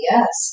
Yes